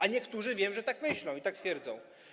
A niektórzy, wiem, tak myślą i tak twierdzą.